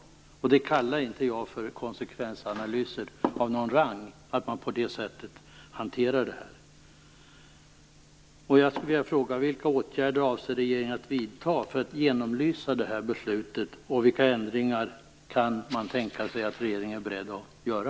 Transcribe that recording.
Att man på det sättet hanterar frågan kallar jag inte för konsekvensanalyser av någon rang. Vilka åtgärder avser regeringen att vidta för att genomlysa beslutet, och vilka ändringar kan man tänka sig att regeringen är beredd att göra?